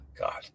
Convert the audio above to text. god